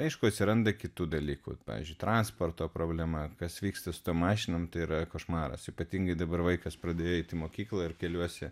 aišku atsiranda kitų dalykų pavyzdžiui transporto problema kas vyksta su tom mašinom tai yra košmaras ypatingai dabar vaikas pradėjo eiti į mokyklą ir keliuosi